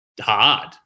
hard